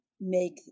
make